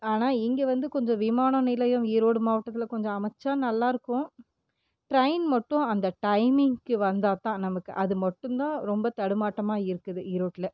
ஆனால் இங்கே வந்து கொஞ்சம் விமான நிலையம் ஈரோடு மாவட்டத்தில் கொஞ்சம் அமைச்சா நல்லாயிருக்கும் ட்ரெயின் மட்டும் அந்த டைமிங்க்கு வந்தால் தான் நமக்கு அது மட்டும்தான் ரொம்ப தடுமாட்டமாக இருக்குது ஈரோட்டில்